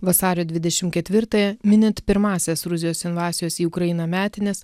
vasario dvidešimt ketvirtąją minint pirmąsias rusijos invazijos į ukrainą metines